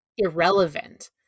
irrelevant